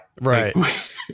Right